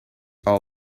are